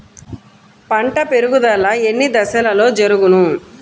పంట పెరుగుదల ఎన్ని దశలలో జరుగును?